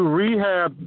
rehab